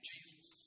Jesus